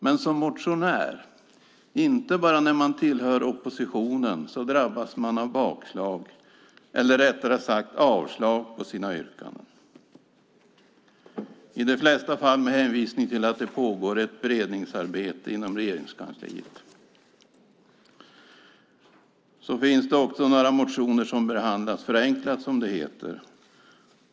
Men som motionär, inte bara när man tillhör oppositionen, drabbas man av bakslag eller rättare sagt avslag på sina yrkanden. I de flesta fall är det med hänvisning till att det pågår ett beredningsarbete i Regeringskansliet. Det finns också några motioner som behandlas förenklat, som det heter.